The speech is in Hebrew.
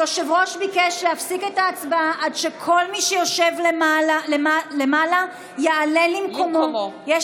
היושב-ראש ביקש להפסיק את ההצבעה עד שכל מי שיושב למעלה יעלה למקומו.